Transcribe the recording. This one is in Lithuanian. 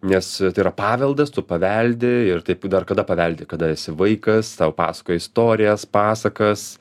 nes tai yra paveldas tu paveldi ir taip dar kada paveldi kada esi vaikas tau pasakoja istorijas pasakas